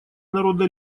народа